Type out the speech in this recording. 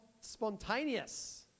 spontaneous